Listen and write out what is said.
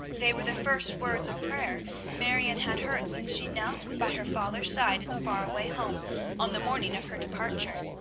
they were the first words of prayer marion had heard since she knelt by her father's side in the far-away home on the morning of her departure.